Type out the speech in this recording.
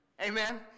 Amen